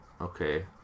Okay